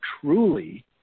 truly